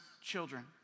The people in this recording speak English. children